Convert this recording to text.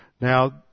Now